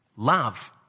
love